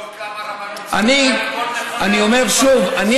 תבדוק כמה חברי כנסת אני אומר שוב: אני